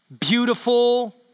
beautiful